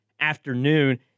afternoon